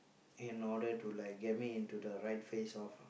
in order to like get me into the right phase of